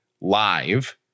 live